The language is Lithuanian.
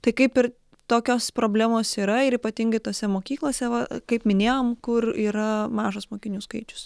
tai kaip ir tokios problemos yra ir ypatingai tose mokyklose va kaip minėjom kur yra mažas mokinių skaičius